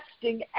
testing